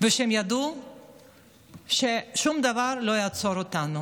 וכשהם ידעו ששום דבר לא יעצור אותנו.